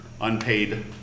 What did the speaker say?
Unpaid